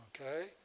Okay